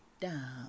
down